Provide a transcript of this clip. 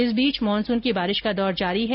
इस बीच मानसून की बारिश का दौर जारी है